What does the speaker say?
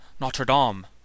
Notre-Dame